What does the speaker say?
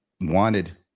wanted